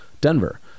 Denver